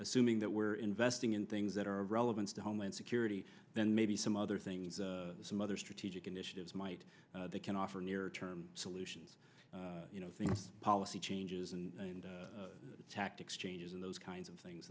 assuming that we're investing in things that are relevant to homeland security then maybe some other things some other strategic initiatives might can offer near term solutions you know things policy changes and tactics changes and those kinds of things